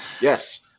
Yes